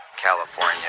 California